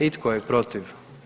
I tko je protiv?